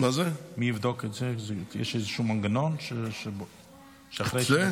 יש איזשהו מנגנון שבודק?